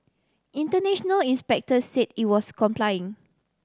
international inspector said it was complying